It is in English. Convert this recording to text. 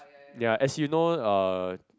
as you know uh